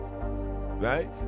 Right